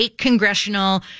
congressional